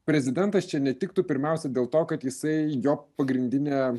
prezidentas čia netiktų pirmiausia dėl to kad jisai jo pagrindinė